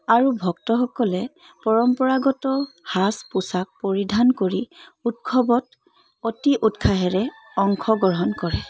আৰু ভক্তসকলে পৰম্পৰাগত সাজ পোছাক পৰিধান কৰি উৎসৱত অতি উৎসাহেৰে অংশগ্ৰহণ কৰে